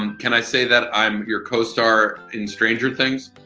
um can i say that i'm your co-star in stranger things.